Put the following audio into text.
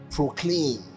proclaim